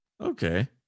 Okay